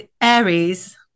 Aries